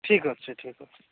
ଠିକ ଅଛି ଠିକ ଅଛି